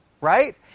right